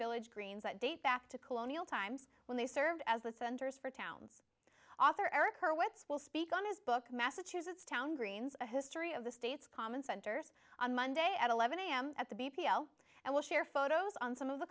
village greens that date back to colonial times when they served as the centers for towns author eric hurwitz will speak on his book massachusetts town greens a history of the state's common centers on monday at eleven am at the b p l and will share photos on some of the